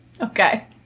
Okay